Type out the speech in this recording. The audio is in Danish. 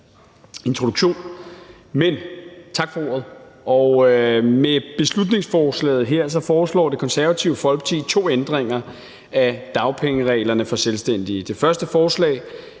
Med beslutningsforslaget her foreslår Det Konservative Folkeparti to ændringer af dagpengereglerne for selvstændige. Det første forslag